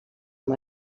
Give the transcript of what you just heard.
amb